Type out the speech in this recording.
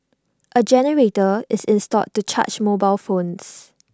A generator is installed to charge mobile phones